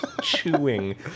Chewing